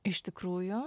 iš tikrųjų